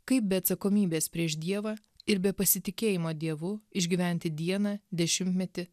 kaip be atsakomybės prieš dievą ir be pasitikėjimo dievu išgyventi dieną dešimtmetį